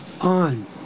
on